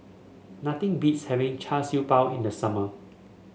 nothing beats having Char Siew Bao in the summer